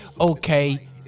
okay